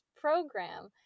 program